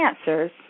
answers